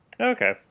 Okay